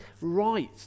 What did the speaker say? right